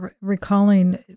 recalling